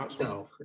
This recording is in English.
No